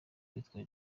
witwa